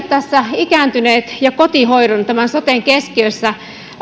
tässä esille ikääntyneet ja kotihoidon soten keskiössä